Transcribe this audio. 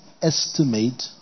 estimate